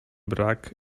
brak